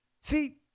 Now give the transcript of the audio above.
See